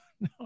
no